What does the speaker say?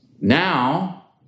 Now